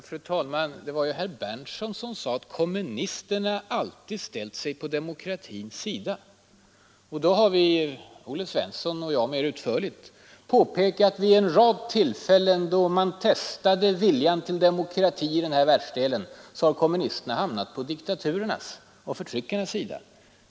Fru talman! Det var ju herr Berndtson i Linköping som sade att kommunisterna alltid ställt sig på demokratins sida. Herr Svensson i Eskilstuna och jag har utförligt vid en rad tillfällen påpekat att kommunisterna, då man testat viljan till demokrati i den här världsdelen, i regel har hamnat på diktaturernas och förtryckarnas sida.